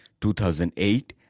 2008